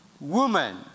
woman